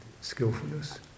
skillfulness